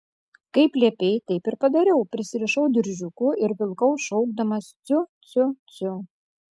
kaip liepei taip ir padariau prisirišau diržiuku ir vilkau šaukdamas ciu ciu ciu